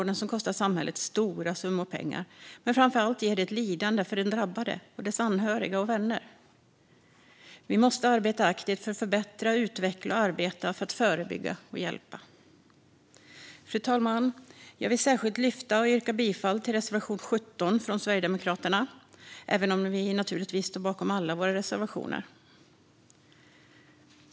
Detta kostar samhället stora summor pengar, men framför allt innebär missbruk ett lidande för den drabbade och dennes anhöriga och vänner. Vi måste arbeta aktivt för att förbättra och utveckla arbetet med att förebygga och hjälpa. Fru talman! Jag vill särskilt lyfta fram och yrka bifall till reservation 17 från Sverigedemokraterna, även om vi naturligtvis står bakom alla våra reservationer.